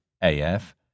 AF